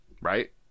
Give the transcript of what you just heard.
Right